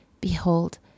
Behold